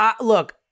look